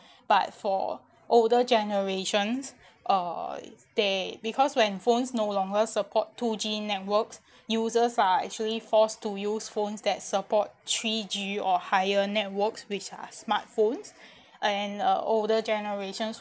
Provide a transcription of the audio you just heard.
but for older generations uh they because when phones no longer support two g networks users are actually forced to use phones that support three g or higher networks which are smartphones and uh older generations